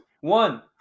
one